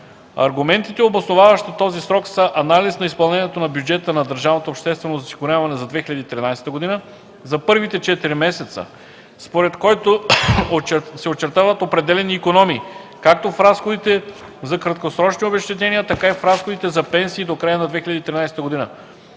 Аргументите, обосноваващи този срок, са анализ на изпълнението на бюджета на ДОО за 2013 г. за първите 4 месеца, според който се очертават определени икономии както в разходите за краткосрочни обезщетения, така и в разходите за пенсии до края на 2013 г.